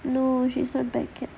no she is not back